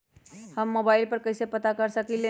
हम मोबाइल पर कईसे पता कर सकींले?